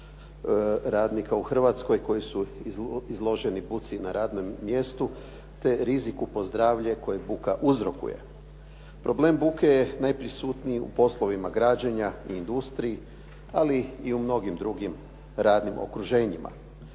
u Hrvatskoj koji su izloženi buci na radnom mjestu, te riziku po zdravlje kojeg buka uzrokuje. Problem buke je najprisutniji u poslovima građenja i industriji, ali i u mnogim drugim radnim okruženjima.